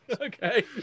Okay